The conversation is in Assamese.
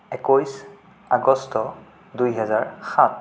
একৈছ আগষ্ট দুই হেজাৰ সাত